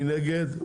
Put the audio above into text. מי נגד?